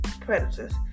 predators